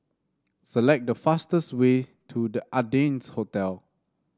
select the fastest way to The Ardennes Hotel